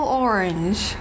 orange